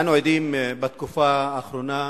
אנו עדים בתקופה האחרונה